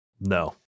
No